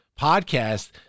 podcast